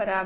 બરાબર